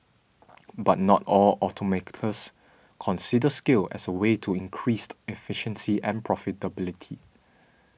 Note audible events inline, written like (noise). (noise) but not all automakers consider scale as a way to increased efficiency and profitability